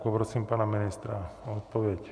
Poprosím pana ministra o odpověď.